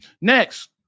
Next